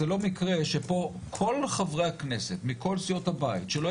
זה לא מקרה שפה כל חברי הכנסת מכל סיעות הבית שלא